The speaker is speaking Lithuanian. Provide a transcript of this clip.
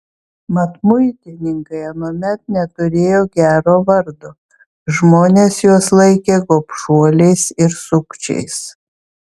mat muitininkai anuomet neturėjo gero vardo žmonės juos laikė gobšuoliais ir sukčiais